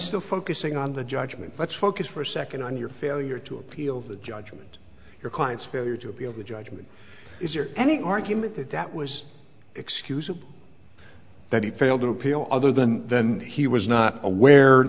still focusing on the judgment let's focus for a second on your failure to appeal the judgment your client's failure to appeal the judgment is there any argument that that was excusable that he failed to appeal other than then he was not aware